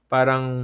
Parang